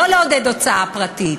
לא לעודד הוצאה פרטית,